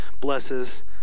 blesses